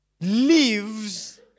lives